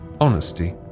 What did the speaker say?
honesty